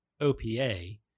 opa